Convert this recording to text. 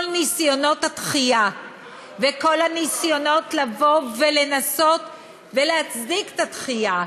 כל ניסיונות הדחייה וכל הניסיונות לבוא ולנסות ולהצדיק את הדחייה,